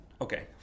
Okay